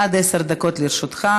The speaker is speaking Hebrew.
עד עשר דקות לרשותך,